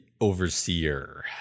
Overseer